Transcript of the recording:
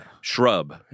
shrub